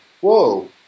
whoa